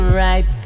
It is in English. right